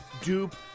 dupe